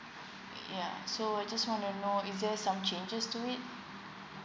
yeah so I just want to know is there some changes to it